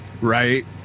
right